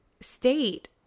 state